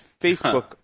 Facebook